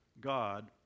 God